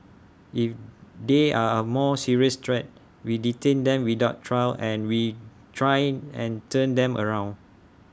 if they are A more serious threat we detain them without trial and we try and turn them around